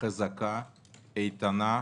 חזקה ואיתנה.